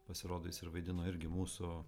pasirodo jis ir vaidino irgi mūsų